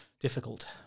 difficult